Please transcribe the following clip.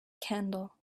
candle